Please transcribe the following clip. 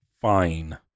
Fine